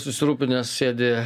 susirūpinęs sėdi